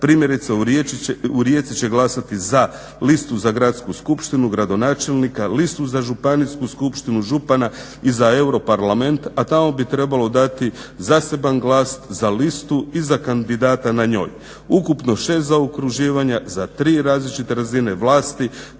primjerice u Rijeci će glasati za listu za Gradsku skupštinu, gradonačelnika, listu za Županijsku skupštinu, župana i za Europarlament, a tamo bi trebalo dati zaseban glas za listu i za kandidata na njoj. Ukupno 6 zaokruživanja za tri različite razine vlasti,